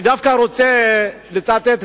אני רוצה לצטט,